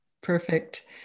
Perfect